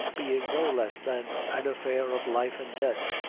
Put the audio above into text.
being no less than an affair of life and death.